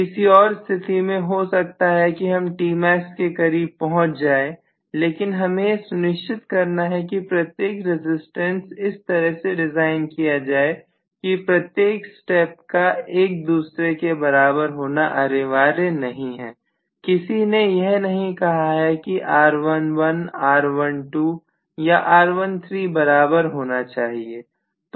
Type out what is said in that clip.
किसी और स्थिति में हो सकता है कि हम Tmax के करीब पहुंच जाएं लेकिन हमें यह सुनिश्चित करना है कि प्रत्येक रजिस्टेंस इस तरह से डिजाइन किया जाए की प्रत्येक स्टेप का एक दूसरे के बराबर होना अनिवार्य नहीं है किसी ने यह नहीं कहा है कि R11 R12 or R13बराबर होने चाहिए